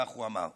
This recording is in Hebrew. כך הוא אמר.